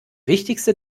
wichtigste